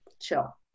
chill